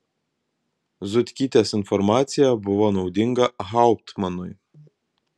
zutkytės informacija buvo naudinga hauptmanui